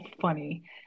funny